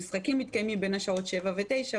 המשחקים מתקיימים בין השעות 19:00 21:00,